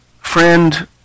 Friend